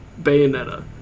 bayonetta